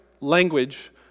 language